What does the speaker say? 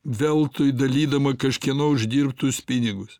veltui dalydama kažkieno uždirbtus pinigus